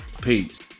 Peace